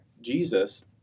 Jesus